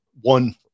One